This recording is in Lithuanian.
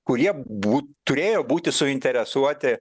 kurie bū turėjo būti suinteresuoti